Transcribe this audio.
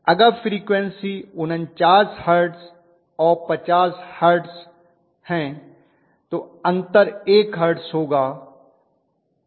अगर frequency 49 hertz और 50 hertz तो अंतर 1 हर्ट्ज होगा